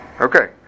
Okay